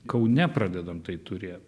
kaune pradedam tai turėt